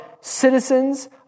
citizens